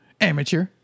Amateur